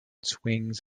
swings